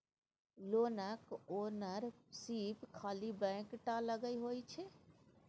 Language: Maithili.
लोनक ओनरशिप खाली बैंके टा लग होइ छै